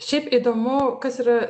šiaip įdomu kas yra